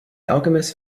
alchemist